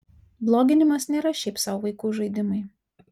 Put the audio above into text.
bloginimas nėra šiaip sau vaikų žaidimai